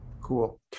Cool